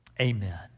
Amen